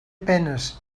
penes